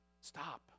Stop